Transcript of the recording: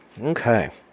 Okay